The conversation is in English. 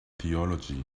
theology